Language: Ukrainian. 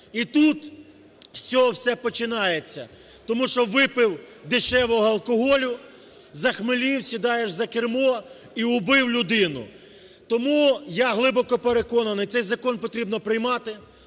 І тут з цього все починається, тому що випив дешевого алкоголю, захмелів, сідаєш за кермо і убив людину. Тому я глибоко переконаний, цей закон потрібно приймати,